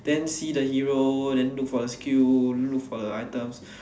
then see the hero then look for the skill look for the item